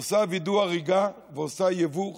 עושה וידוא הריגה ועושה ייבוא פרוע.